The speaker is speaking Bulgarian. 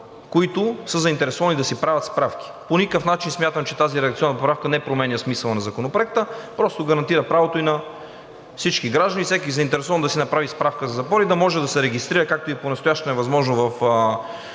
които са заинтересовани да си правят справки. По никакъв начин, смятам, че тази редакционна поправка не променя смисъла на Законопроекта, а просто гарантира правото и на всички граждани, всеки заинтересован да си направи справка за запор и да може да се регистрира, както и понастоящем е възможно в